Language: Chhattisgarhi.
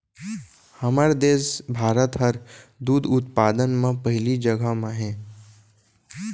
हमर देस भारत हर दूद उत्पादन म पहिली जघा म हे